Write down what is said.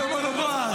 איפה בועז?